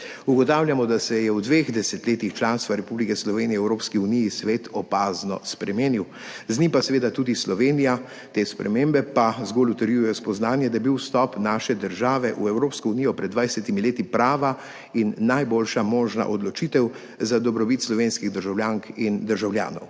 Ugotavljamo, da se je v dveh desetletjih članstva Republike Slovenije v Evropski uniji svet opazno spremenil, z njim pa seveda tudi Slovenija. Te spremembe pa zgolj utrjujejo spoznanje, da je bil vstop naše države v Evropsko unijo pred 20 leti prava in najboljša možna odločitev za dobrobit slovenskih državljank in državljanov.